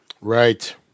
Right